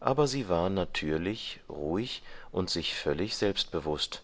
aber sie war natürlich ruhig und sich völlig selbstbewußt